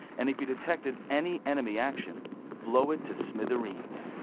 and if he detected any enemy action blow it to smithereens.